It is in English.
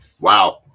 Wow